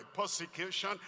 persecution